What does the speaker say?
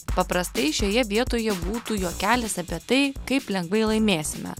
paprastai šioje vietoje būtų juokelis apie tai kaip lengvai laimėsime